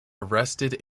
arrested